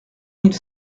mille